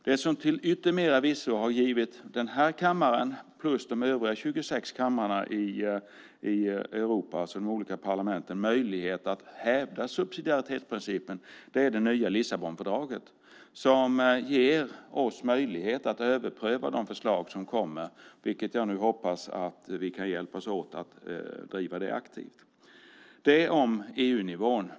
Det som till yttermera visso har givit den här kammaren plus kamrarna i de övriga 26 parlamenten i EU möjlighet att hävda subsidiaritetsprincipen är det nya Lissabonfördraget, som ger oss möjlighet att överpröva de förslag som kommer. Jag hoppas nu att vi kan hjälpas åt att driva detta aktivt. Det om EU-nivån.